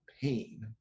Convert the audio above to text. pain